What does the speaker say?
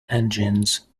engines